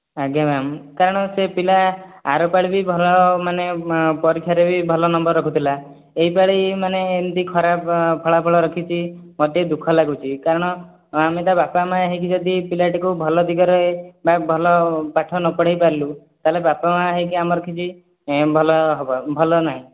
ଆଜ୍ଞା ମ୍ୟାମ୍ କାରଣ ସେ ପିଲା ଆର ପାଳି ବି ଭଲ ମାନେ ପରୀକ୍ଷାରେ ବି ଭଲ ନମ୍ବର୍ ରଖୁଥିଲା ଏହି ପାଳି ମାନେ ଏମିତି ଖରାପ ଫଳାଫଳ ରଖିଛି ମୋତେ ଦୁଃଖ ଲାଗୁଛି କାରଣ ଆମେ ତା ବାପା ମା' ହୋଇକି ଯଦି ପିଲାଟିକୁ ଭଲ ଦିଗରେ ବା ଭଲ ପାଠ ନ ପଢ଼େଇ ପାରିଲୁ ତା'ହେଲେ ବାପା ମା' ହୋଇକି ଆମର କିଛି ଭଲ ହେବା ଭଲ ନାହିଁ